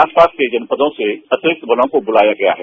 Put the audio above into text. आसपास के जनपदों से अतिरिक्त बलों को बुलाया गया है